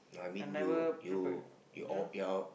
I mean you you you're out you're out